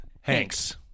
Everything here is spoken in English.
Hanks